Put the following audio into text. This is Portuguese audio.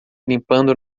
limpando